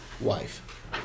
wife